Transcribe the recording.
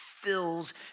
fills